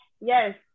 Yes